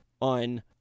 on